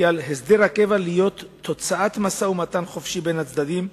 כי על הסדר הקבע להיות תוצאת משא-ומתן חופשי בין הצדדים,